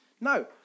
No